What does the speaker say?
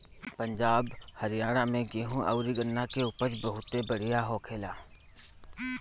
पंजाब, हरियाणा में गेंहू अउरी गन्ना के उपज बहुते बढ़िया होखेला